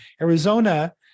Arizona